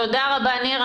תודה רבה ניר,